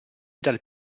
dal